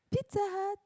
Pizzahut